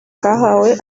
kahawe